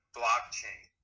blockchain